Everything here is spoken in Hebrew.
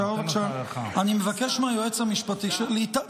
אני מבקש מהיועץ המשפטי --- אתן לך הארכה.